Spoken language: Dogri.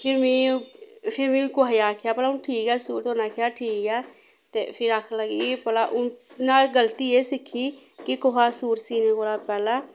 फिर में फिर में कुसै गी आखेआ भला हून ठीक ऐ सूट उनैं आखेआ ठीक ऐ ते फिर आखन लगी भला हून नोह्ड़ी गल्ती एह् सिक्खी कि कुसा सूट सीने कोला पैह्लैं